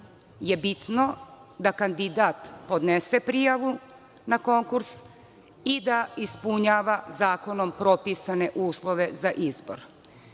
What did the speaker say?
je bitno da kandidat podnese prijavu na konkurs i da ispunjava zakonom propisane uslove za izbor.